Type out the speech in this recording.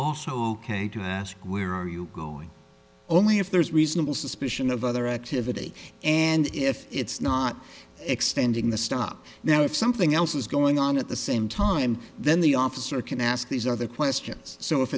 also ok to ask where are you going only if there's reasonable suspicion of other activity and if it's not extending the stop now if something else is going on at the same time then the officer can ask these other questions so if